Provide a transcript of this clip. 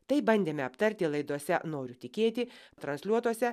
tai bandėme aptarti laidose noriu tikėti transliuotuose